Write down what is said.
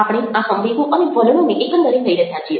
આપણે આ સંવેગો અને વલણોને એકંદરે લઈ રહ્યા છીએ